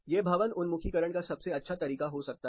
यह भवन उन्मुखीकरण का सबसे अच्छा तरीका हो सकता है